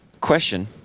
Question